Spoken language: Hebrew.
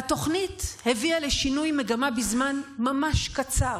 והתוכנית הביאה לשינוי מגמה בזמן ממש קצר,